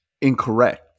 Incorrect